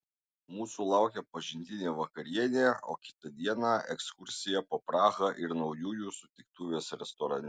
mūsų laukė pažintinė vakarienė o kitą dieną ekskursija po prahą ir naujųjų sutiktuvės restorane